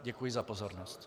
Děkuji za pozornost.